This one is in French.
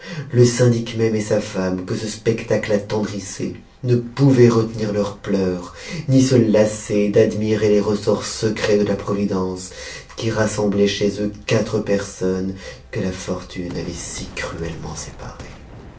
le syndic même et sa femme que ce spectacle attendrissait ne pouvaient retenir leurs pleurs ni se lasse l d'admirer les ressorts secrets de la providence qui rassemblaient chez eux quatre personnes que la fortune avait si cruellement séparées